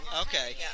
Okay